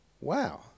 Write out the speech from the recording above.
wow